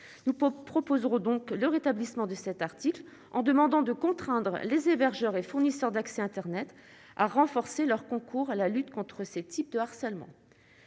pouvons proposeront donc le rétablissement de cet article en demandant de contraindre les hébergeurs et fournisseurs d'accès internet à renforcer leur concours à la lutte contre ce type de harcèlement,